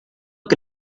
que